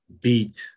beat